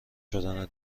شدن